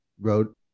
wrote